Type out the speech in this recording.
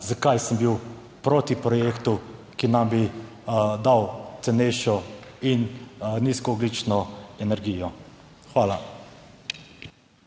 zakaj sem bil proti projektu, ki naj bi dal cenejšo in nizkoogljično energijo. Hvala.